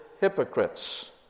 hypocrites